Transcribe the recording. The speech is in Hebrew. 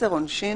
עונשין